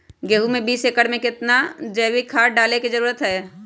गेंहू में बीस एकर में कितना जैविक खाद डाले के जरूरत है?